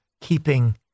keeping